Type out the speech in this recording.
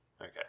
Okay